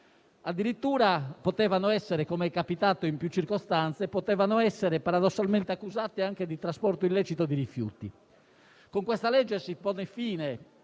Addirittura - come è capitato in più circostanze - potevano essere paradossalmente accusati di trasporto illecito di rifiuti. Con questa legge si pone fine